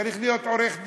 צריך להיות עורך דין,